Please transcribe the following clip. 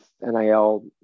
NIL